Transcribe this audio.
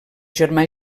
germà